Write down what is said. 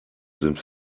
sind